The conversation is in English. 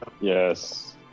Yes